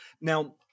Now